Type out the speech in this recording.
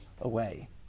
away